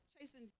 chasing